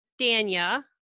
Danya